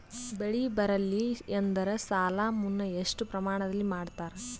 ಬೆಳಿ ಬರಲ್ಲಿ ಎಂದರ ಸಾಲ ಮನ್ನಾ ಎಷ್ಟು ಪ್ರಮಾಣದಲ್ಲಿ ಮಾಡತಾರ?